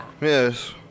Yes